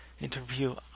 interview